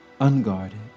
Unguarded